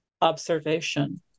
observation